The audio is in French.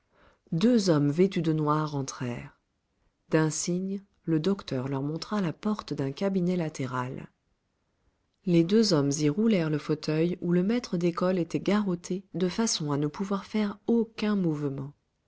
deux hommes vêtus de noir entrèrent d'un signe le docteur leur montra la porte d'un cabinet latéral les deux hommes y roulèrent le fauteuil où le maître d'école était garrotté de façon à ne pouvoir faire aucun mouvement